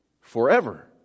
Forever